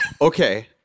Okay